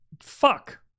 fuck